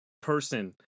person